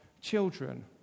children